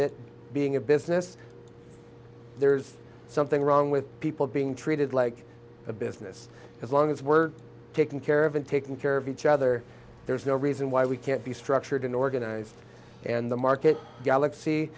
that being a business there's something wrong with people being treated like a business as long as we're taking care of and taking care of each other there's no reason why we can't be structured in organized and the market galaxy